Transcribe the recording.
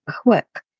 quick